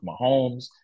Mahomes